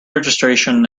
registration